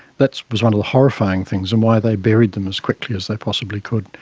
that was one of the horrifying things and why they buried them as quickly as they possibly could,